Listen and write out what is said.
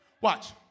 Watch